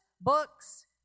books